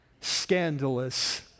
scandalous